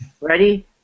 Ready